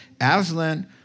Aslan